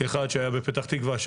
כאחד שהיה בפתח תקווה,